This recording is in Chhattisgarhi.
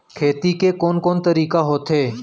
खेती के कोन कोन तरीका होथे?